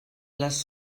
les